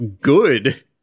good